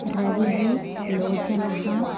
रविः लोचनः